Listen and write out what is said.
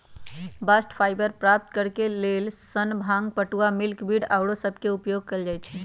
bast fibre प्राप्त करेके लेल सन, भांग, पटूआ, मिल्कवीड आउरो सभके उपयोग कएल जाइ छइ